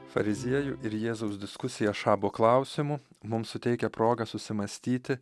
fariziejų ir jėzaus diskusija šabo klausimu mums suteikia progą susimąstyti